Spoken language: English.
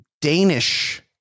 Danish